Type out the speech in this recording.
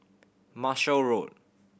Marshall Road